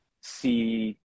see